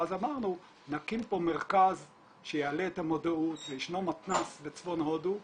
ואז אמרנו "נקים פה מרכז שיעלה את המודעות" וישנו מתנ"ס בצפון הודו,